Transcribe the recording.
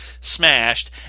smashed